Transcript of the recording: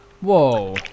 Whoa